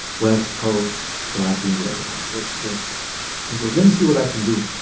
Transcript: west coast black and grey, holmes. what you think? he goes, let me see what i can do.